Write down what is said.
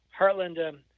Heartland